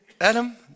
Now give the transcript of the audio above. Adam